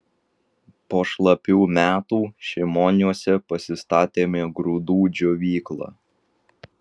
po šlapių metų šimoniuose pasistatėme grūdų džiovyklą